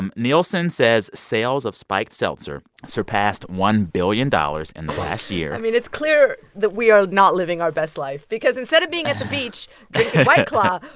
um nielsen says sales of spiked seltzer surpassed one billion dollars in the last year i mean, it's clear that we are not living our best life because instead of being at the beach drinking white claw,